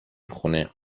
خونه